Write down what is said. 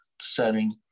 setting